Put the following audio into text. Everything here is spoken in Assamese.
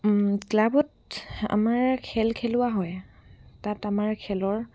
ক্লাবত আমাৰ খেল খেলোৱা হয় তাত আমাৰ খেলৰ